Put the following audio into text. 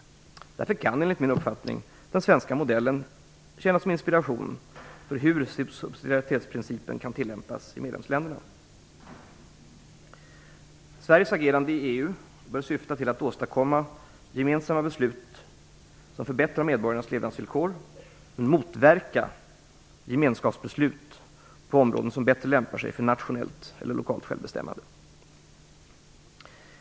Därför kan, enligt min uppfattning, den svenska modellen tjäna som inspiration för hur subsidiaritetsprincipen kan tillämpas i medlemsländerna. Sveriges agerande i EU bör syfta till att åstadkomma gemensamma beslut som förbättrar medborgarnas levnadsvillkor men motverka gemenskapsbeslut på områden som bättre lämpar sig för nationellt eller lokalt självbestämmande.